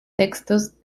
textos